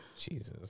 Jesus